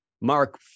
Mark